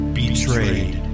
betrayed